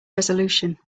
resolution